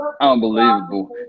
unbelievable